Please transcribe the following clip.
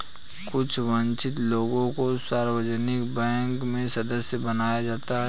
कुछ वन्चित लोगों को सार्वजनिक बैंक में सदस्य बनाया जाता है